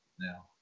now